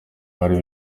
bari